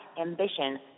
ambition